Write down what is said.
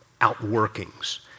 outworkings